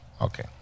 Okay